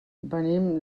venim